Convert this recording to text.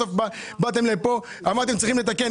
בסוף באתם לכאן ואמרתם שצריכים לתקן.